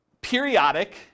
periodic